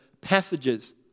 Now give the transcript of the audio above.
passages